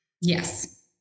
Yes